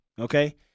Okay